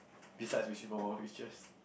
besides wishing for more wishes